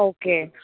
okay